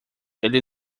ele